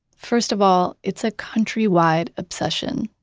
first of all, it's a countrywide obsession.